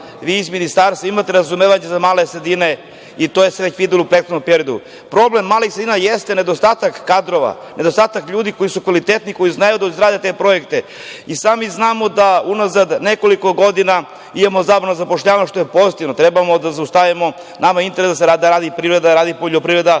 vi iz ministarstva imate razumevanje za male sredine, i to se videlo u prethodnom periodu. Problem malih sredina jeste nedostatak kadrova, nedostatak ljudi koji su kvalitetni koji znaju da izrade te projekte. I sami znamo da unazad nekoliko godina imamo zabranu zapošljavanja, što je pozitivno i treba da zaustavimo… Nama je u interesu da radi privreda, poljoprivreda,